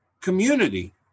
community